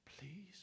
please